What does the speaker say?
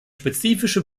spezifische